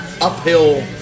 uphill